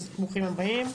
אז ברוכים הבאים.